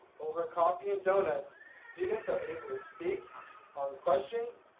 over coffee and donuts students are able to speak on questions,